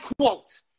quote